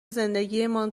زندگیمان